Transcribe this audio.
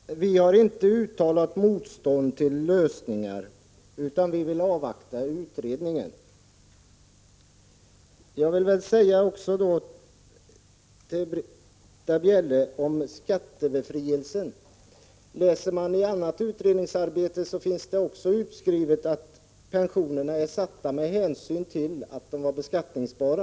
Herr talman! Vi har inte uttalat motstånd mot lösningar, utan vi vill avvakta utredningen. Jag vill också säga något till Britta Bjelle om skattebefrielsen. Läser man i annat utredningsarbete finner man det utskrivet att pensionerna är satta med hänsyn till att de är beskattningsbara.